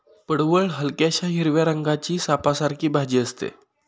पडवळ हलक्याशा हिरव्या रंगाची सापासारखी भाजी असते